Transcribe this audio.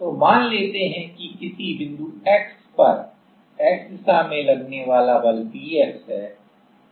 तो मान लेते हैं कि किसी बिंदु x पर x दिशा में लगने वाला बल px है